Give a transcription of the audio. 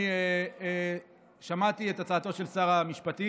אני שמעתי את הצעתו של שר המשפטים.